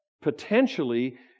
potentially